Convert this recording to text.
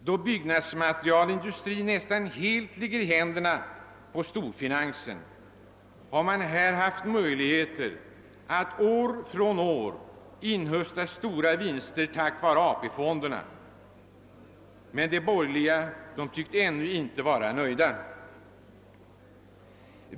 Då byggnadsmaterielindustrin nästan helt ligger i händerna på storfinansen, har denna här haft möjligheter att år efter år inhösta stora vinster tack vare AP-fonderna. Men de borgerliga tycks ännu inte vara nöjda.